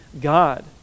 God